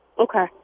Okay